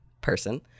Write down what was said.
person